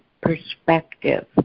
perspective